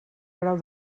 grau